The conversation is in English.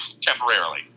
temporarily